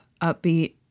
upbeat